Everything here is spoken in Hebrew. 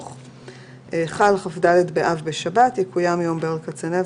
16. תיקון חוק החברות הממשלתיות.